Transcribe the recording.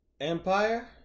Empire